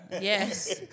Yes